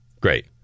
Great